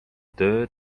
tööd